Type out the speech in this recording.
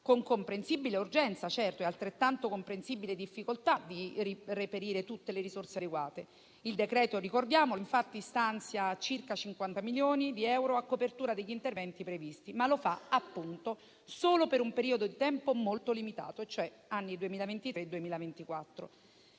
con comprensibile urgenza, certo, e altrettanto comprensibile difficoltà di reperire tutte le risorse adeguate. Il decreto-legge, infatti, stanzia circa 50 milioni di euro a copertura degli interventi previsti, ma lo fa per un periodo di tempo molto limitato, cioè anni 2023-2024.